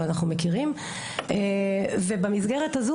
אבל אנחנו מכירים ובמסגרת הזו,